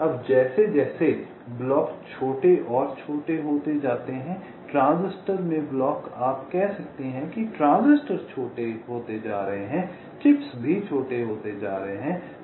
अब जैसे जैसे ब्लॉक छोटे और छोटे होते जाते हैं ट्रांजिस्टर में ब्लॉक आप कह सकते हैं ट्रांजिस्टर छोटे होते जा रहे हैं चिप्स भी छोटे होते जा रहे हैं